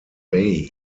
bay